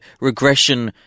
regression